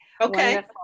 Okay